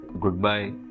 goodbye